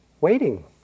waiting